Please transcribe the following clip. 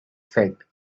said